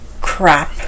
crap